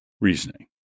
reasoning